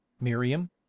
miriam